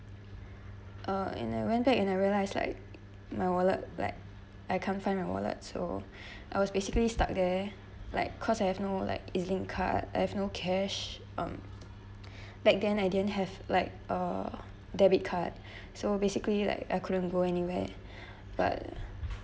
uh and I went back and I realized like my wallet like I can't find my wallet so I was basically stuck there like cause I have no like ezlink card I have no cash um back then I didn't have like uh debit card so basically like I couldn't go anywhere but